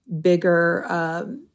bigger